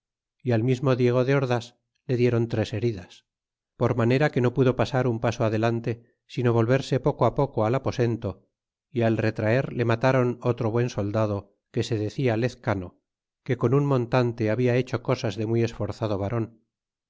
y al mismo diego de ordas le dieron tres heridas por manera que no pudo pasar un paso adelante sino volverse poco á poco al aposento y al retraer le matáron otro buen soldado que se decia lezcano que con un montante habla hecho cosas de muy esforzado varon